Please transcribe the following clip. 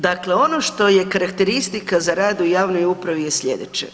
Dakle, ono što je karakteristika za rad u javnoj upravi je slijedeće.